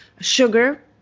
Sugar